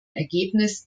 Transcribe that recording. ergebnis